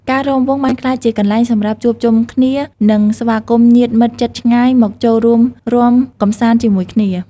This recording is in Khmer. ការរាំវង់បានក្លាយជាកន្លែងសម្រាប់ជួបជុំគ្នា និងស្វាគមន៍ញាតិមិត្តជិតឆ្ងាយមកចូលរួមរាំកម្សាន្តជាមួយគ្នា។